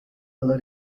alla